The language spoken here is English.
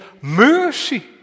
mercy